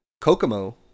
Kokomo